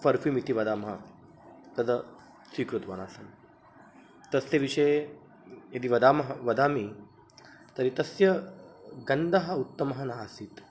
perfume इति वदामः तद् स्वीकृतवान् आसम् तस्य विषये यदि वदामः वदामि तर्हि तस्य गन्धः उत्तमः न आसीत्